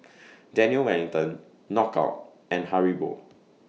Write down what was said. Daniel Wellington Knockout and Haribo